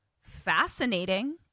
fascinating